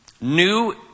New